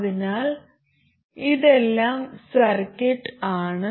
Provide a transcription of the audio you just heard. അതിനാൽ ഇതെല്ലാം സർക്യൂട്ട് ആണ്